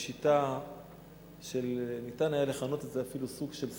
בשיטה שניתן היה לכנות את זה סוג של סלאמס.